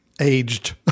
aged